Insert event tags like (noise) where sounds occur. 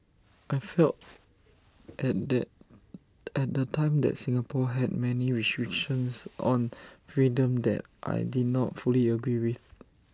I felt at the at the time that Singapore had many (noise) restrictions on freedom that I did not fully agree with